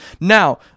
Now